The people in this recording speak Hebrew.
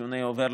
ציוני עובר,